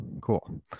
cool